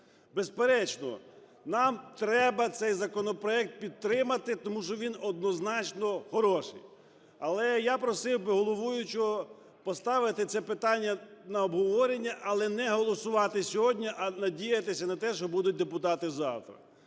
Безперечно, нам треба цей законопроект підтримати, тому що він однозначно хороший. Але я просив би головуючого поставити це питання на обговорення, але не голосувати сьогодні, а надіятися на те, що будуть депутати завтра.